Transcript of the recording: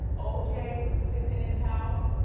o j. was sitting in his house